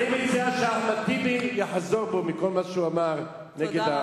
אני מציע שאחמד טיבי יחזור בו מכל מה שהוא אמר נגד,